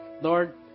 Lord